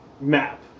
map